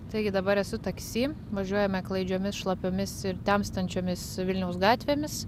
taigi dabar esu taksi važiuojame klaidžiomis šlapiomis ir temstančiomis vilniaus gatvėmis